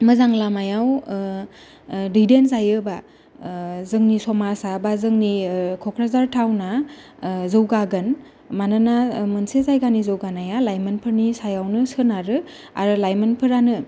मोजां लामायाव दैदेनजायोबा जोंनि समाजआ बा जोंनि क'क्राझार टाउनआ जौगागोन मानोना मोनसे जायगानि जौगानाया लायमोनफोरनि सायावनो सोनारो आरो लायमोनफोरानो